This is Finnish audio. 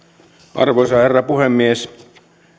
arvoisa herra puhemies